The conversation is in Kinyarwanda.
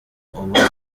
umaze